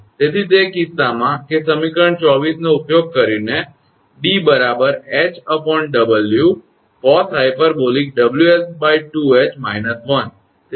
તેથી તે કિસ્સામાં કે સમીકરણ 24 નો ઉપયોગ કરીને 𝑑 𝐻𝑊 cosh𝑊𝐿2𝐻 − 1